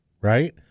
right